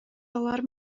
алар